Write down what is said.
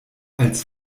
als